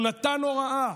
הוא נתן הוראה,